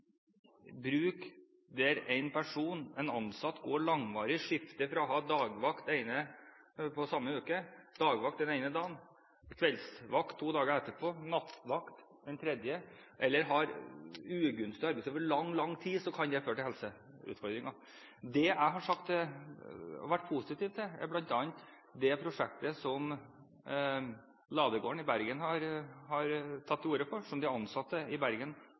en ansatt over lang tid skifter fra dagvakt den ene dagen, kveldsvakt to dager etterpå og nattevakt den tredje, eller har ugunstig arbeidstid over lang tid, kan det føre til helseutfordringer. Det jeg har vært positiv til, er bl.a. det prosjektet som Ladegården i Bergen har tatt til orde for, og som de ansatte i Bergen